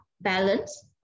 balance